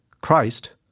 Christ